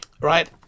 right